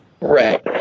Right